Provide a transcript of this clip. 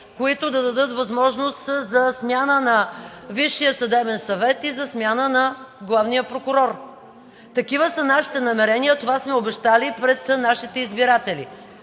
които да дадат възможност за смяна на Висшия съдебен съвет и за смяна на главния прокурор. Такива са нашите намерения, това сме обещали пред нашите избиратели.